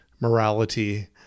morality